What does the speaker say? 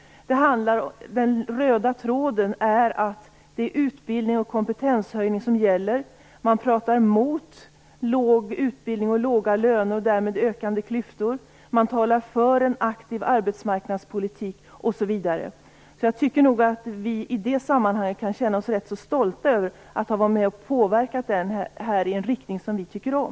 Den röda tråden är att det är utbildning och kompetenshöjning som gäller. Man talar mot låg utbildning och låga löner och därmed ökande klyftor. Man talar för en aktiv arbetsmarknadspolitik osv. Jag tycker att vi i det sammanhanget kan känna oss rätt så stolta över att ha varit med och påverkat i en riktning som vi tycker om.